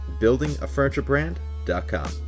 buildingafurniturebrand.com